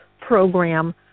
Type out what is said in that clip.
program